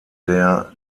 der